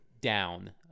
Down